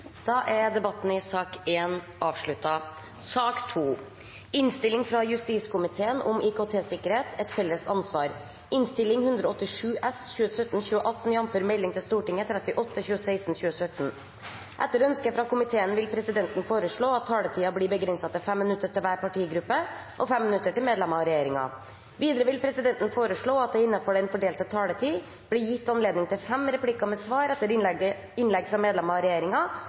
Da må vi tørre å diskutere dette åpent og ærlig. Jeg synes at initiativet fra Bøhler i så måte var et godt initiativ. Debatten i sak nr. 6 er dermed avsluttet. Etter ønske fra utdannings- og forskningskomiteen vil presidenten foreslå at taletiden blir begrenset til 5 minutter til hver partigruppe og 5 minutter til medlemmer av regjeringen. Videre vil presidenten foreslå at det – innenfor den fordelte taletid – blir gitt anledning til fem replikker med svar etter innlegg fra medlemmer av